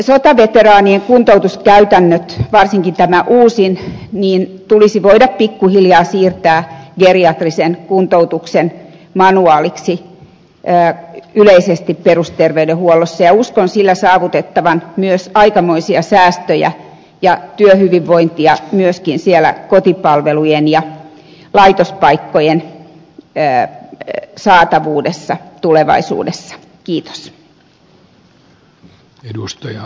sotaveteraanien kuntoutuskäytännöt varsinkin tämä uusin tulisi voida pikkuhiljaa siirtää geriatrisen kuntoutuksen manuaaliksi yleisesti perusterveydenhuollossa ja uskon sillä saavutettavan myös aikamoisia säästöjä ja työhyvinvointia myöskin siellä kotipalvelujen ja laitospaikkojen saatavuudessa tulevaisuudessa